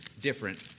different